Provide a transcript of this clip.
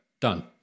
Done